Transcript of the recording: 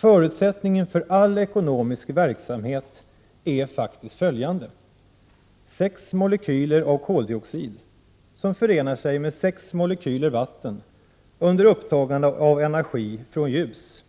Förutsättningen för all ekonomisk verksamhet är faktiskt följande: Sex molekyler av koldioxid som förenar sig med sex molekyler vatten under upptagande av energi från ljus